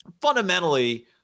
fundamentally